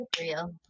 real